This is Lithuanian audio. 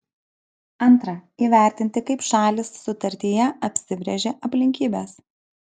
antra įvertinti kaip šalys sutartyje apsibrėžė aplinkybes